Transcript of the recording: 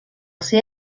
ser